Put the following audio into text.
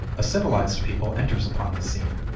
a civilized people enters upon the scene.